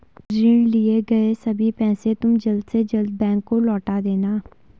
ऋण लिए गए सभी पैसे तुम जल्द से जल्द बैंक को लौटा देना